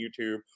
YouTube